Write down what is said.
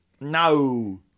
No